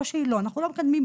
או שהיא לא, אנחנו לא מקדמים.